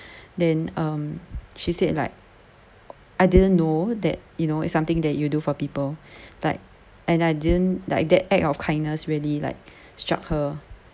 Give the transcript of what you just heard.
then um she said like I didn't know that you know it's something that you do for people like and I didn't like the act of kindness really like struck her